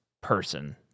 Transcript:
person